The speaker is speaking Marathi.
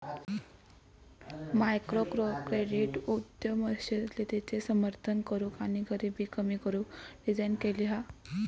मायक्रोक्रेडीट उद्यमशीलतेचा समर्थन करूक आणि गरीबी कमी करू डिझाईन केली हा